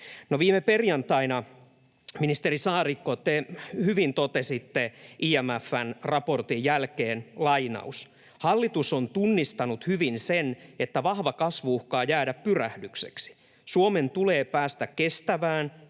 viime perjantaina, ministeri Saarikko, te hyvin totesitte IMF:n raportin jälkeen: ”Hallitus on tunnistanut hyvin sen, että vahva kasvu uhkaa jäädä pyrähdykseksi. Suomen tulee päästä kestävään,